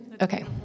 Okay